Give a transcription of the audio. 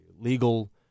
legal